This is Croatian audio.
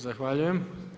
Zahvaljujem.